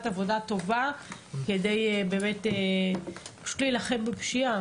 עבודה טובה כדי פשוט להילחם בפשיעה,